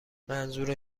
منظور